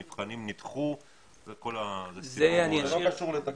המבחנים נדחו וכל הסיפור --- זה לא קשור לתקציב.